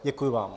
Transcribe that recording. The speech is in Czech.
Děkuji vám.